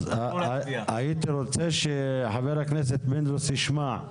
הייתי רוצה שחבר הכנסת פינדרוס ישמע.